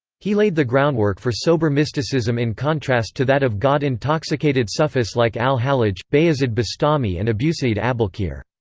he laid the groundwork for sober mysticism in contrast to that of god-intoxicated sufis like al-hallaj, bayazid bastami and abusaeid abolkheir.